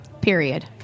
Period